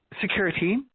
security